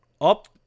up